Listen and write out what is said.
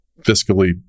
fiscally